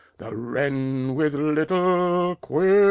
the wren with little quill.